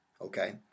Okay